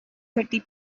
thirty